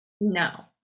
No